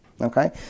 Okay